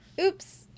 Oops